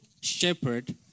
shepherd